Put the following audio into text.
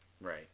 Right